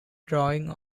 drawings